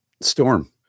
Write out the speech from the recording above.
Storm